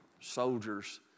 soldiers